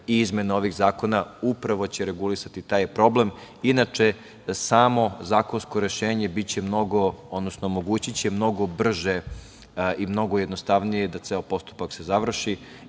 i izmene ovih zakona upravo će regulisati taj problem. Inače, samo zakonsko rešenje će omogućiti mnogo brže i mnogo jednostavnije da se ceo postupak završi,